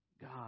God